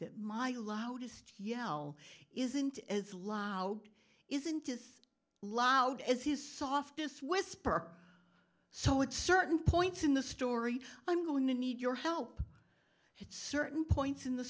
that my loudest yell isn't as loud isn't is loud as his softest whisper so it's certain points in the story i'm going to need your help at certain points in the